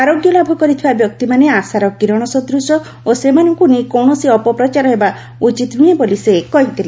ଆରୋଗ୍ୟ ଲାଭ କରିଥିବା ବ୍ୟକ୍ତିମାନେ ଆଶାର କିରଣ ସଦୂଶ ଓ ସେମାନଙ୍କୁ ନେଇ କୌଣସି ଅପପ୍ରଚାର ହେବା ଉଚିତ ନୁହେଁ ବୋଲି ସେ କହିଥିଲେ